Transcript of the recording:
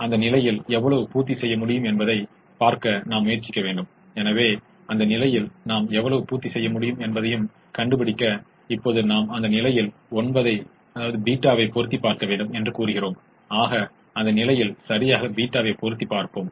66 எனக் கிடைத்த இவற்றில் மிகச் சிறியது இவையெல்லாவற்றையும் விட அதிகமாகவோ அல்லது சமமாகவோ உள்ளது அதேபோல் அது பெரியது அல்லது சமமானது என்று கூறுகிறது என்பதையும் புரிந்து கொள்ள வேண்டும்